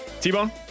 T-Bone